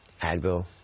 Advil